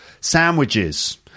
sandwiches